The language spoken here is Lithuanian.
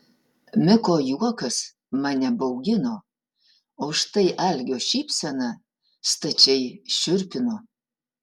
miko juokas mane baugino o štai algio šypsena stačiai šiurpino